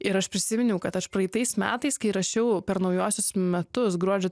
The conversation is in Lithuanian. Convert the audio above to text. ir aš prisiminiau kad aš praeitais metais kai rašiau per naujuosius metus gruodžio